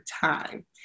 time